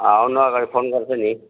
आउनु आगाडि फोन गर्छ नि